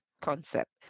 concept